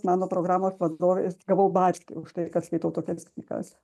mano programos vadovės gavau barti už tai kad skaitau tokias knygas